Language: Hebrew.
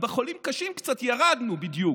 בחולים קשים קצת ירדנו בדיוק,